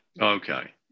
Okay